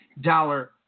dollar